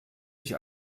nicht